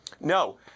No